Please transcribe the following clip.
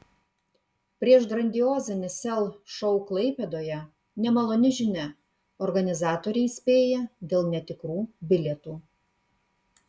prieš grandiozinį sel šou klaipėdoje nemaloni žinia organizatoriai įspėja dėl netikrų bilietų